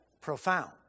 profound